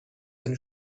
eine